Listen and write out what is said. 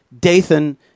Dathan